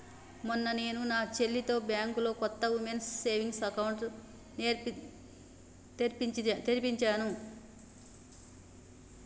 మొన్న నేను నా చెల్లితో బ్యాంకులో కొత్త ఉమెన్స్ సేవింగ్స్ అకౌంట్ ని తెరిపించాను